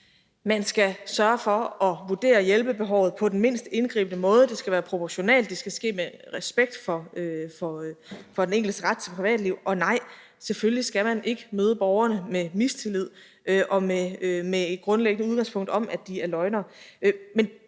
Man skal sørge for at vurdere behovet for hjælp på den mindst indgribende måde – det skal være proportionalt, og det skal ske med respekt for den enkeltes ret til privatliv. Og nej, selvfølgelig skal man ikke møde borgerne med mistillid og med et grundlæggende udgangspunkt om, at de er løgnere.